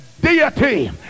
deity